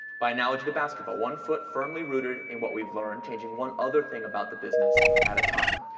by analogy to basketball, one foot firmly rooted in what we've learned, changing one other thing about the business at a time.